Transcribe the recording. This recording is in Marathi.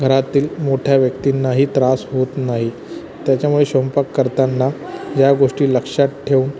घरातील मोठ्या व्यक्तींनाही त्रास होत नाही त्याच्यामुळे स्वयंपाक करताना या गोष्टी लक्षात ठेवून